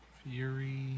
Fury